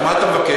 אז מה אתה מבקש?